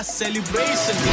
celebration